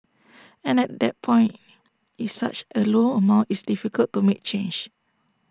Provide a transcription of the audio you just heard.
and at that point it's such A low amount it's difficult to make change